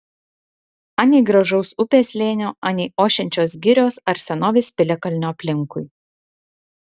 anei gražaus upės slėnio anei ošiančios girios ar senovės piliakalnio aplinkui